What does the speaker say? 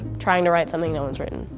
trying to write something no one's written.